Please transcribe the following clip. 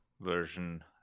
version